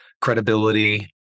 credibility